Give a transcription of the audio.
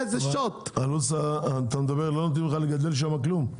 אתה אומר לא נותנים לך לגדל שם כלום.